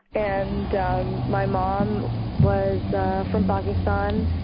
and um my mom was from pakistan,